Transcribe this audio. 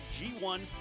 G1